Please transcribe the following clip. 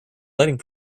lighting